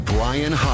Brian